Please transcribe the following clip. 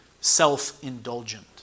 self-indulgent